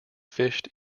fished